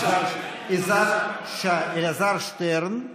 אלעזר שטרן.